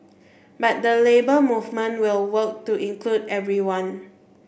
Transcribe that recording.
but the Labour Movement will work to include everyone